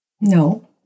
No